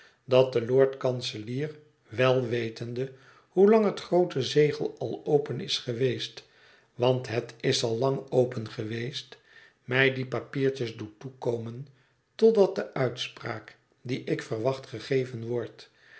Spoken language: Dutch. dat de lord-kanselier wel wetende hoelang het groote zegel al open is geweest want het is al lang open geweest mij die papiertjes doet toekomen totdat de uitspraak die ik verwacht gegeven wordt